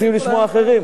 רוצים לשמוע אחרים.